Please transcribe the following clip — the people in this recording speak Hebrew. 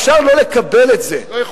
אפשר לא לקבל את זה.